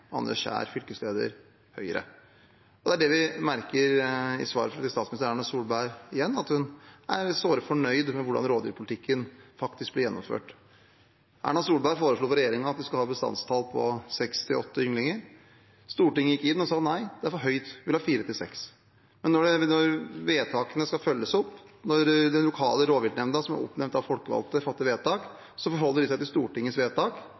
Og det er det vi merker i svaret fra statsminister Erna Solberg, igjen, at hun er såre fornøyd med hvordan rovdyrpolitikken faktisk blir gjennomført. Erna Solberg foreslo for regjeringen at vi skulle ha et bestandstall på seks–åtte ynglinger. Stortinget gikk inn og sa at nei, det er for høyt, vi vil ha fire–seks. Men når vedtakene skal følges opp, når den lokale rovviltnemnda, som er oppnevnt av folkevalgte, fatter vedtak, forholder de seg til Stortingets vedtak.